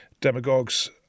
demagogues